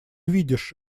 видишь